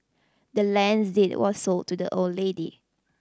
the land's deed was sold to the old lady